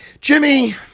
Jimmy